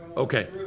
Okay